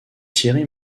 thierry